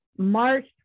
March